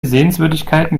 sehenswürdigkeiten